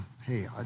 hey